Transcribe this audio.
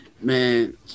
man